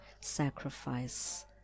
sacrifice